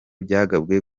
byagabwe